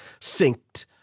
synced